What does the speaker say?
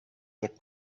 that